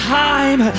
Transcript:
time